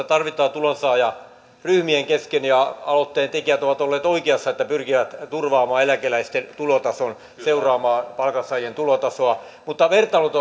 tarvitaan tulonsaajaryhmien kesken ja aloitteen tekijät ovat olleet oikeassa että pyrkivät turvaamaan eläkeläisten tulotason seuraamaan palkansaajien tulotasoa mutta vertailut